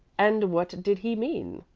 and what did he mean?